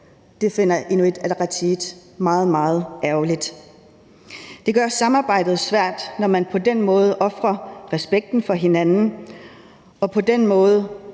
Det finder Inuit Ataqatigiit meget, meget ærgerligt. Det gør samarbejdet svært, når man på den måde ofrer respekten for hinanden og på den måde